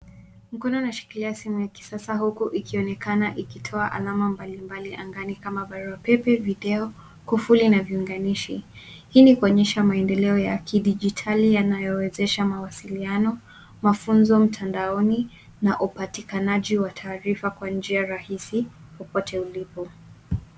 Mkono unashikilia simu ya kisasa huku ikionekana ikitoa alama mbalimbali angani kama barua pepe, video, kufuli na viunganishi. Hii ni kuonyesha maendeleo ya kidigitali inayowezesha mawasiliano, mafunzo mtandaoni na upatikanaji wa taarifa kwa njia rahisi popote ulipo.